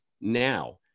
now